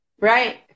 Right